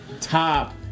top